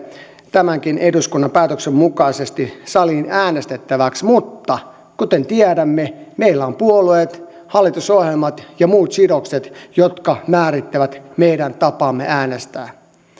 tämänkin eduskunnan päätöksen mukaisesti saliin äänestettäväksi mutta kuten tiedämme meillä on puolueet hallitusohjelmat ja muut sidokset jotka määrittävät meidän tapaamme äänestää